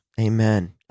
Amen